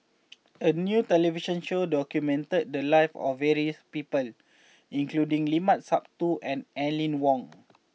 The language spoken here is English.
a new television show documented the lives of various people including Limat Sabtu and Aline Wong